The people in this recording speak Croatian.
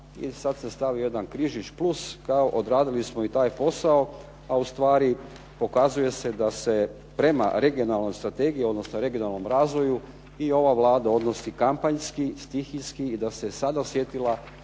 sad se stavio jedan križić plus kao odradili smo i taj posao, a ustvari pokazuje se da se prema regionalnoj strategiji, odnosno regionalnom razvoju i ovu Vlada odnosi kampanjski, stihijski i da se sada dosjetila